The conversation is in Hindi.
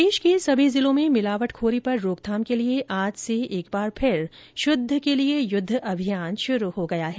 प्रदेश के सभी जिलों में मिलावटखोरी पर रोकथाम के लिए आज से एक बार फिर शुद्ध के लिये युद्ध अभियान शुरू हो गया है